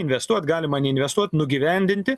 investuot galima neinvestuot nugyvendinti